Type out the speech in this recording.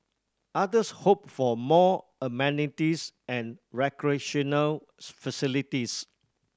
others hoped for more amenities and recreational facilities